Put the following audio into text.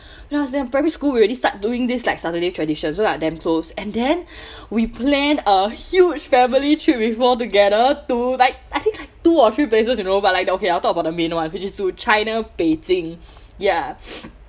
when I was in primary school we already start doing this like saturday traditions so like damn close and then we plan a huge family trip with all together to like I think two or three places you know but like okay I'll talk about the main [one] which is to china beijing ya